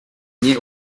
nie